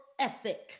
ethic